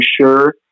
sure